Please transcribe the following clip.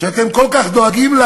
שאתם כל כך דואגים לה?